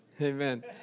Amen